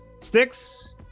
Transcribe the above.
Sticks